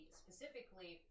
specifically